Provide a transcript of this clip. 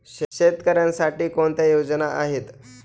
शेतकऱ्यांसाठी कोणत्या योजना आहेत?